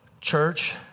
Church